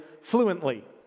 fluently